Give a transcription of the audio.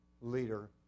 leader